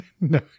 no